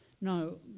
No